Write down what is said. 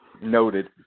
Noted